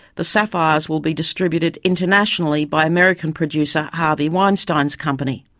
the sapphires will be distributed internationally by american producer harvey weinstein's company.